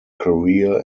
career